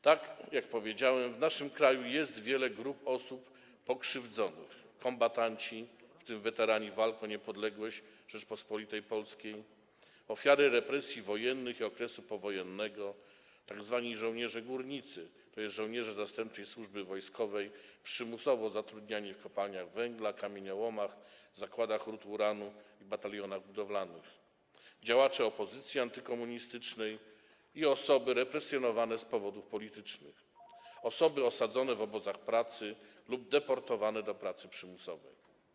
Tak jak powiedziałem, w naszym kraju jest wiele grup osób pokrzywdzonych: kombatanci, w tym weterani walk o niepodległość Rzeczypospolitej Polskiej, ofiary represji wojennych i okresu powojennego, tzw. żołnierze górnicy, tj. żołnierze zastępczej służby wojskowej przymusowo zatrudniani w kopalniach węgla, kamieniołomach, zakładach rud uranu i batalionach budowlanych, działacze opozycji antykomunistycznej i osoby represjonowane z powodów politycznych, osoby osadzone w obozach pracy lub deportowane do pracy przymusowej.